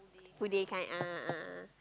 two day kind ah ah ah ah ah